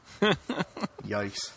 Yikes